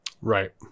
Right